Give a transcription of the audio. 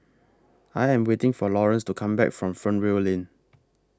I Am waiting For Lawrance to Come Back from Fernvale Lane